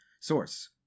Source